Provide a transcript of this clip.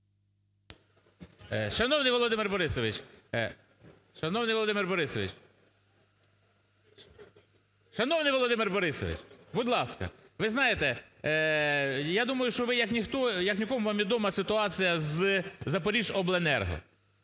Шановний Володимир Борисович, будь ласка. Ви знаєте, я думаю, що ви як ніхто, як нікому вам відома ситуація з "Запоріжжяобленерго".